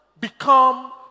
become